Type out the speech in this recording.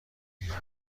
بیدار